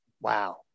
Wow